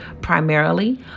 primarily